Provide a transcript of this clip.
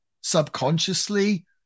subconsciously